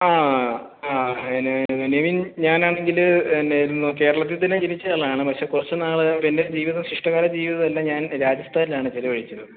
ആ ആ ഞാൻ നിവിൻ ഞാനാണെങ്കിൽ എന്നായിരുന്നു കേരളത്തിൽ തന്നെ ജനിച്ച ആളാണ് പക്ഷേ കുറച്ചുനാൾ എൻ്റെ ജീവിതം ശിഷ്ഠകാല ജീവിതം എല്ലാം ഞാൻ രാജസ്ഥാനിലാണ് ചെലവഴിച്ചത്